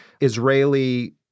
Israeli